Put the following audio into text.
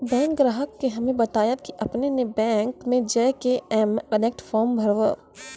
bank ग्राहक के हम्मे बतायब की आपने ने बैंक मे जय के एम कनेक्ट फॉर्म भरबऽ